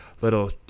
little